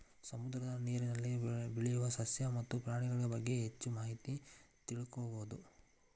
ಸಮುದ್ರದ ನೇರಿನಲ್ಲಿ ಬೆಳಿಯು ಸಸ್ಯ ಮತ್ತ ಪ್ರಾಣಿಗಳಬಗ್ಗೆ ಹೆಚ್ಚ ಮಾಹಿತಿ ತಿಳಕೊಳುದು